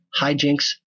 hijinks